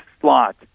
slot